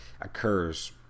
occurs